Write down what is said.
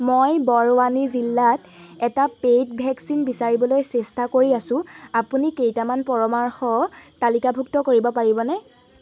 মই বৰৱানী জিল্লাত এটা পেইড ভেকচিন বিচাৰিবলৈ চেষ্টা কৰি আছোঁ আপুনি কেইটামান পৰামৰ্শ তালিকাভুক্ত কৰিব পাৰিবনে